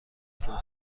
لطفا